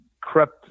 crept